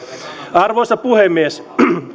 arvoisa puhemies